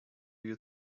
you